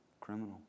criminal